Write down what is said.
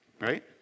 Right